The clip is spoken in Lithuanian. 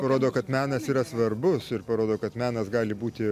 parodo kad menas yra svarbus ir parodo kad menas gali būti